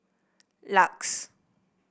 Lux